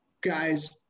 guys